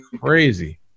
crazy